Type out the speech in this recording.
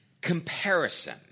comparison